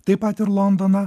taip pat ir londoną